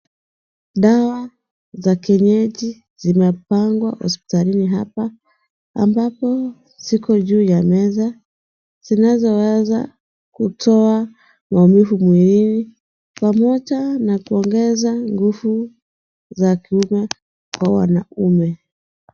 Dawa za kienyeji zimepangwa hospitalini hapa, ambapo ziko juu ya meza zinazoweza kutoa maumivu mwilini pamoja na kuongeza nguvu za kiume kwa wanaume.